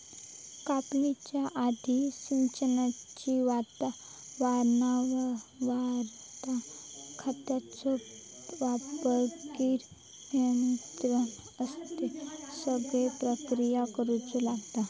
कापणीच्या आधी, सिंचनाची वारंवारता, खतांचो वापर, कीड नियंत्रण अश्ये सगळे प्रक्रिया करुचे लागतत